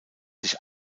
sich